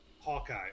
Hawkeye